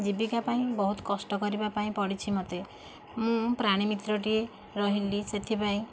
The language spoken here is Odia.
ଜୀବିକା ପାଇଁ ବହୁତ କଷ୍ଟ କରିବା ପାଇଁ ପଡ଼ିଛି ମୋତେ ମୁଁ ପ୍ରାଣୀମିତ୍ରଟିଏ ରହିଲି ସେଥିପାଇଁ